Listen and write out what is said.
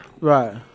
right